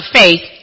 faith